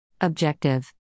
Objective